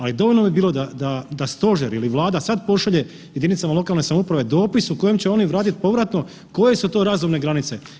Ali dovoljno bi bilo da Stožer ili Vlada sada pošalje jedinicama lokalne samouprave dopis u kojem će oni vratiti povratno koje su to razumne granice.